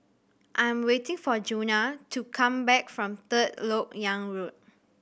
I am waiting for Djuna to come back from Third Lok Yang Road